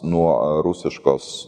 nuo rusiškos